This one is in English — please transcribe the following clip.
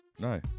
No